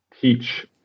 teach